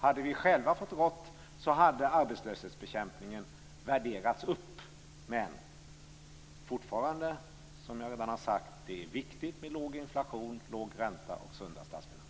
Hade vi själva fått råda hade arbetslöshetsbekämpningen värderats. Men fortfarande är det, som jag redan har sagt, viktigt med låg inflation, låg ränta och sunda statsfinanser.